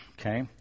okay